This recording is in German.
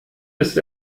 ist